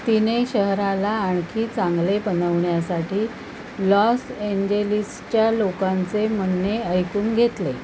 तिने शहराला आणखी चांगले बनवण्यासाठी लॉस एंजेलिसच्या लोकांचे म्हणने ऐकून घेतले